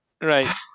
right